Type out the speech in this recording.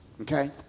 okay